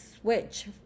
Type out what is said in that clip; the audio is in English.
switch